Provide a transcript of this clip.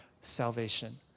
salvation